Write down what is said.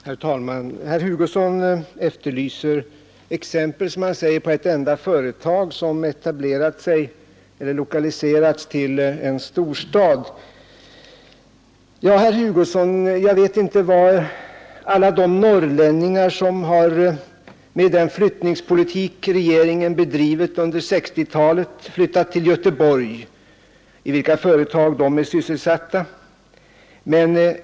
Herr talman! Herr Hugosson efterlyser exempel, som han säger, på ett enda företag som etablerat sig i eller lokaliserats till en storstad. Ja, herr Hugosson, jag vet inte i vilka företag alla de norrlänningar är sysselsatta som, med den flyttningspolitik som regeringen bedrivit under 1960-talet, flyttat till Göteborg.